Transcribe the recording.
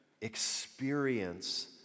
experience